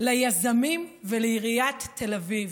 ליזמים ולעיריית תל אביב.